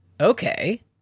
Okay